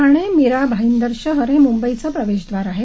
ठाणे मीरा भाईदर शहर हे मुंबईचे प्रवेशद्वार आहे